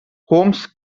holmes